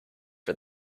for